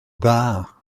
dda